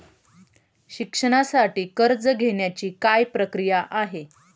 शिक्षणासाठी कर्ज घेण्याची काय प्रक्रिया आहे?